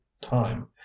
time